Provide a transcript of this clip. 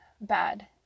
bad